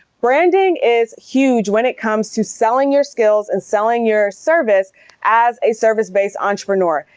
branding is huge when it comes to selling your skills and selling your service as a service based entrepreneur,